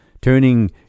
turning